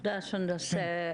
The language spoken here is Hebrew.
תודה, סונדוס.